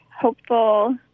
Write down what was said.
hopeful